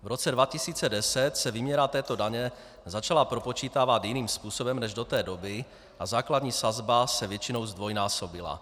V roce 2010 se výměra této daně začala propočítávat jiným způsobem než do té doby a základní sazba se většinou zdvojnásobila.